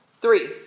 Three